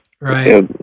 right